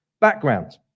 Background